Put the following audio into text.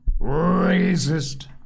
Racist